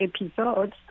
episodes